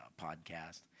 podcast